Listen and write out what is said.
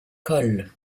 coll